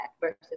versus